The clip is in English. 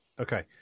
Okay